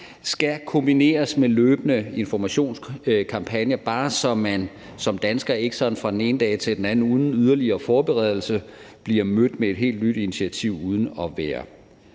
skal kombineres med løbende informationskampagner, så man som dansker ikke bare sådan fra den ene dag til den anden uden yderligere forberedelse bliver mødt med et helt nyt initiativ uden at være